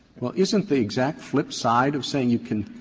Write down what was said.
well, isn't the exact flip side of saying you can